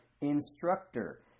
instructor